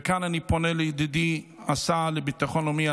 וכאן אני פונה לידידי השר לביטחון לאומי,